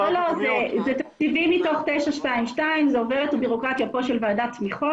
אלה תקציבים מתוך 922. זה עובר את הבירוקרטיה כאן של ועדת תמיכות.